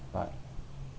but